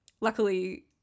Luckily